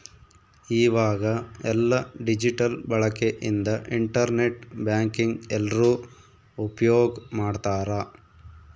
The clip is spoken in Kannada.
ಈವಾಗ ಎಲ್ಲ ಡಿಜಿಟಲ್ ಬಳಕೆ ಇಂದ ಇಂಟರ್ ನೆಟ್ ಬ್ಯಾಂಕಿಂಗ್ ಎಲ್ರೂ ಉಪ್ಯೋಗ್ ಮಾಡ್ತಾರ